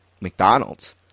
McDonald's